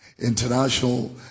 International